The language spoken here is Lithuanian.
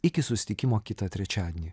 iki susitikimo kitą trečiadienį